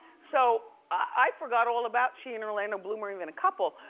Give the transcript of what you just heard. so, i forgot all about she and orlando bloom are even a couple.